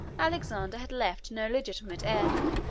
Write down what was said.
alexander had left no legitimate heir,